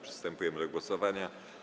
Przystępujemy do głosowania.